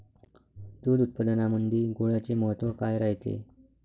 दूध उत्पादनामंदी गुळाचे महत्व काय रायते?